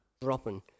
Dropping